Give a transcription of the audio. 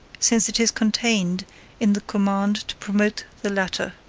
since it is contained in the command to promote the latter.